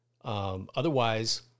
Otherwise